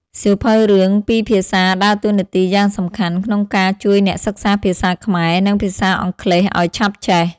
សៀវភៅរឿងពីរភាសាដើរតួនាទីយ៉ាងសំខាន់ក្នុងការជួយអ្នកសិក្សាភាសាខ្មែរ និងភាសាអង់គ្លេសឲ្យឆាប់ចេះ។